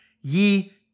Ye